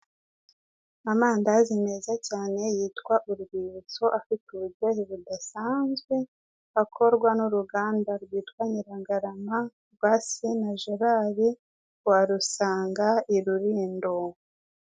Amandazi meza cyane yitwa Urwibutso, afite uburyohe budasanzwe, akorwa n'uruganda rwitwa Nyirangarama, rwa SINA Gerard, warusanga i Rurindo.